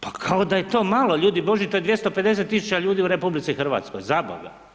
Pa kao da je to malo, ljudi božji, to je 250 000 ljudi u RH, zaboga.